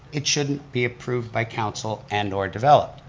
it shouldn't be approved by council and or developed.